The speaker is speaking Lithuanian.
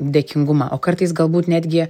dėkingumą o kartais galbūt netgi